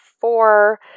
four